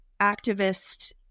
activist